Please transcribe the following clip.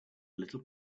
little